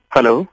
Hello